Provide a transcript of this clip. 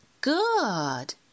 Good